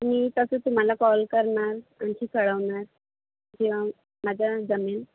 मी तसं तुम्हाला कॉल करणार आणखी कळवणार किंवा माझं जमेल